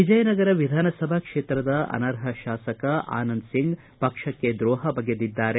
ವಿಜಯನಗರ ವಿಧಾನಸಭಾ ಕ್ಷೇತ್ರದ ಅನರ್ಹ ಶಾಸಕ ಆನಂದ್ ಸಿಂಗ್ ಪಕ್ಷಕ್ಕೆ ದ್ರೋಹ ಬಗೆದಿದ್ದಾರೆ